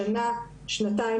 שנה,